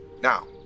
Now